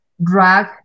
drag